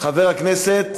חבר הכנסת